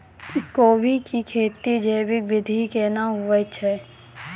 गोभी की खेती जैविक विधि केना हुए छ?